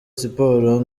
siporo